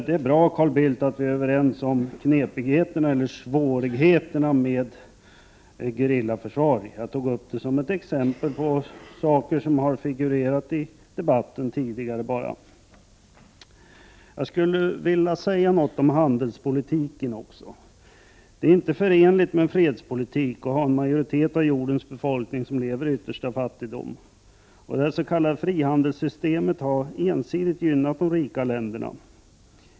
Det är bra, Carl Bildt, att vi är överens om svårigheterna med gerillaförsvar. Jag tog upp det bara som ett exempel på saker som har figurerat tidigare i debatten. Jag skulle också vilja säga något om handelspolitiken. Det är inte förenligt med en fredspolitik att en majoritet av jordens befolkning lever i yttersta fattigdom. Det s.k. frihandelssystemet har ensidigt gynnat de rika länderna.